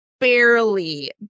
barely